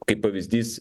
kaip pavyzdys